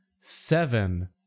seven